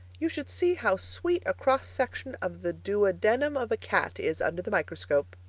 you should see how sweet a cross-section of the duodenum of a cat is under the microscope.